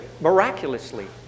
miraculously